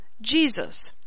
Jesus